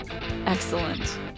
Excellent